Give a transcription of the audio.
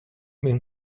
min